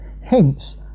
Hence